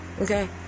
okay